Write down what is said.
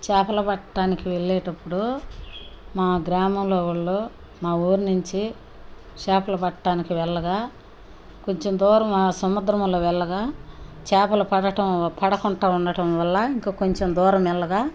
చేపలు పట్టటానికి వెళ్ళేటప్పుడు మా గ్రామంలో వాళ్ళు మా ఊరి నుంచి చేపలు పట్టటానికి వెళ్ళగా కొంచం దూరం ఆ సముద్రములో వెళ్ళగా చేపలు పడటం పడకుండా ఉండటం వల్ల ఇంక కొంచం దూరం వెళ్ళగా